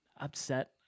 upset